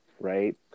right